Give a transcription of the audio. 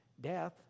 death